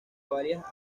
varias